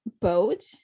boat